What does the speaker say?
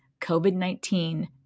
COVID-19